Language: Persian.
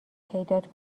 پیدات